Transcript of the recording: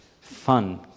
fun